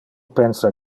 pensa